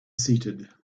seated